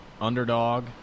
underdog